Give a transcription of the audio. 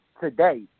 today